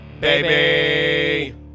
baby